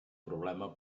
problema